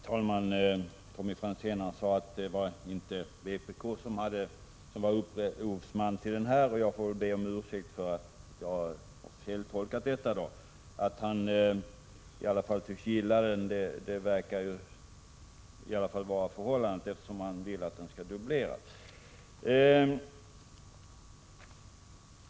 Herr talman! Tommy Franzén sade att det inte var vänsterpartiet kommunisterna som var upphovsman till den här skatten. Jag ber om ursäkt för mitt misstag. Att han gillar den tycks dock vara helt klart — han vill ju att den skall dubbleras.